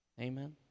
Amen